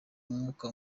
umwuka